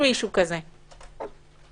אבל